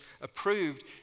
approved